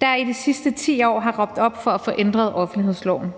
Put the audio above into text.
der i de sidste 10 år har råbt op for at få ændret offentlighedsloven